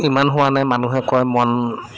ইমান হোৱা নাই মানুহে কয় মন